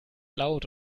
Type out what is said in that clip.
laut